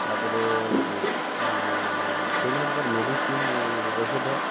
ତା'ପରେ ବିଭିନ୍ନ ପ୍ରକାର ମେଡ଼ିସିନ୍ ଔଷଧ